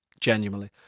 Genuinely